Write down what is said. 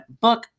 book